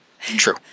true